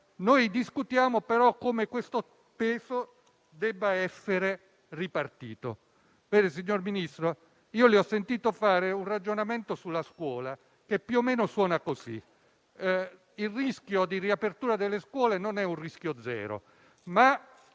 Noi discutiamo però come questo peso debba essere ripartito. Signor Ministro, le ho sentito fare un ragionamento sulla scuola che più o meno suona così: quello della riapertura delle scuole non è un rischio zero, ma